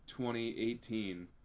2018